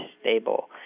stable